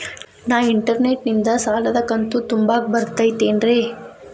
ನಾ ಇಂಟರ್ನೆಟ್ ನಿಂದ ಸಾಲದ ಕಂತು ತುಂಬಾಕ್ ಬರತೈತೇನ್ರೇ?